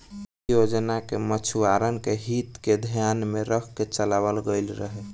इ योजना के मछुआरन के हित के धियान में रख के चलावल गईल रहे